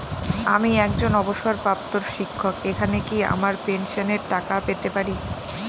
আমি একজন অবসরপ্রাপ্ত শিক্ষক এখানে কি আমার পেনশনের টাকা পেতে পারি?